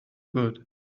good